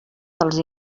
dels